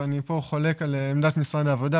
ואני פה חולק על עמדת משרד העבודה,